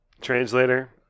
translator